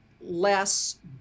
less